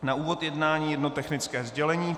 Na úvod jednání jedno technické sdělení.